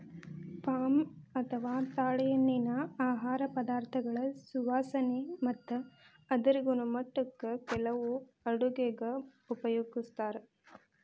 palm ಅಥವಾ ತಾಳೆಎಣ್ಣಿನಾ ಆಹಾರ ಪದಾರ್ಥಗಳ ಸುವಾಸನೆ ಮತ್ತ ಅದರ ಗುಣಮಟ್ಟಕ್ಕ ಕೆಲವು ಅಡುಗೆಗ ಉಪಯೋಗಿಸ್ತಾರ